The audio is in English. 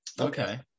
okay